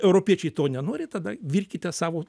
europiečiai to nenori tada virkite savo